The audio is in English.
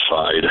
side